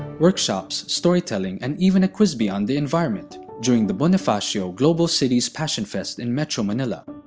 workshops, storytelling, and even a quiz bee on the environment during the bonifacio global city's passionfest in metro manila.